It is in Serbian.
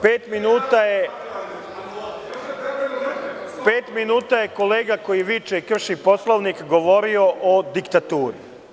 Pet minuta je kolega koji viče – krši Poslovnik, govorio o diktaturi.